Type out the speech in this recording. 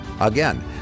Again